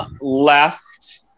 left